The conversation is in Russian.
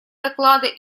доклада